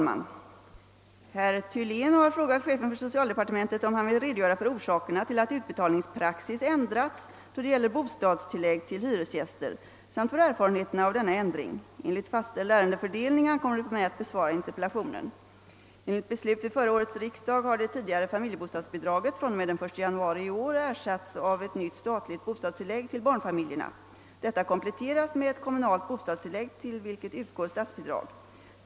vill redogöra för orsakerna till att utbetalningspraxis ändrats då det gäller bostadstillägg till hyresgäster samt för erfarenheterna av denna ändring. Enligt fastställd ärendefördelning ankommer det på mig att besvara interpellationen. Enligt beslut vid förra årets riksdag har det tidigare familjebostadsbidraget fr.o.m. den 1 januari i år ersatts av ett nytt statligt bostadstillägg till barnfamiljerna. Detta kompletteras med ett kommunalt bostadstillägg till vilket utgår statsbidrag.